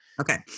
Okay